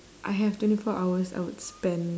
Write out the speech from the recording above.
I have twenty four hours I would spend